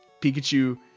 Pikachu